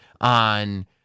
on